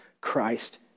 Christ